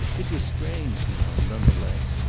it was strange now, none the less,